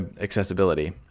accessibility